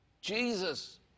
Jesus